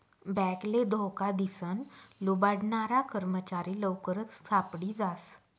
बॅकले धोका दिसन लुबाडनारा कर्मचारी लवकरच सापडी जास